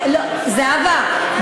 זהבה,